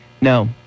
No